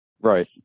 Right